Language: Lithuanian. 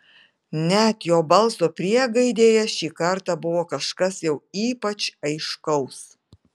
net jo balso priegaidėje šį kartą buvo kažko jau ypač aiškaus